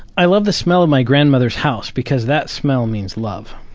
i love the smell of my grandmother's house because that smell means love.